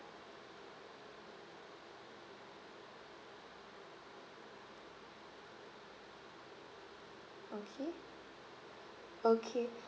okay okay